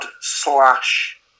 slash